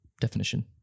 definition